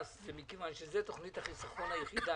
זה חלק מה-420?